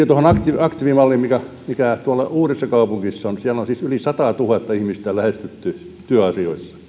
tuohon aktiivimalliin mikä uudessakaupungissa on siellä on siis yli sataatuhatta ihmistä lähestytty työasioissa